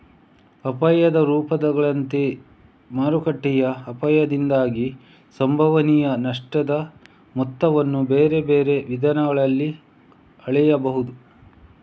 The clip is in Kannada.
ಅಪಾಯದ ರೂಪಗಳಂತೆ ಮಾರುಕಟ್ಟೆಯ ಅಪಾಯದಿಂದಾಗಿ ಸಂಭವನೀಯ ನಷ್ಟದ ಮೊತ್ತವನ್ನು ಬೇರೆ ಬೇರೆ ವಿಧಾನಗಳಲ್ಲಿ ಅಳೆಯಬಹುದು